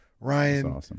Ryan